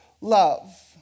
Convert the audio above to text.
love